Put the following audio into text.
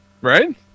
Right